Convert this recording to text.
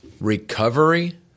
recovery